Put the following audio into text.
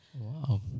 Wow